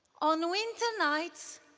on winter nights,